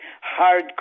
hard